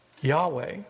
Yahweh